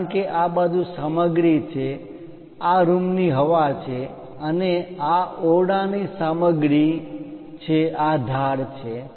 કારણ કે આ બાજુ સામગ્રી છે આ રૂમની હવા છે અને આ ઓરડાની સામગ્રી છે આ ધાર છે